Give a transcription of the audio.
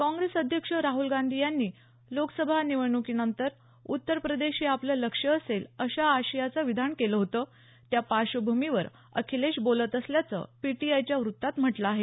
काँग्रेस अध्यक्ष राहल गांधी यांनी लोकसभा निवडणुकीनंतर उत्तरप्रदेश हे आपलं लक्ष्य असेल अशा आशयाचं विधान केलं होतं त्या पार्श्वभूमीवर अखिलेश बोलत असल्याचं पीटीआयच्या वृत्तात म्हटलं आहे